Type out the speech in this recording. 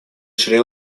шри